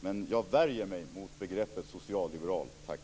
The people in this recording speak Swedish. Men jag värjer mig mot begreppet socialliberal - tack.